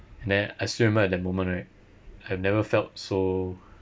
and then I still remember at that moment right I've never felt so